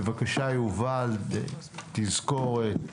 בבקשה, יובל, תזכורת.